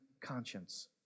conscience